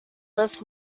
this